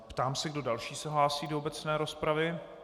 Ptám se, kdo další se hlásí do obecné rozpravy.